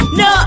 no